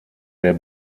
der